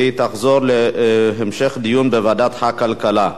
והיא תעבור להמשך דיון בוועדת הכלכלה.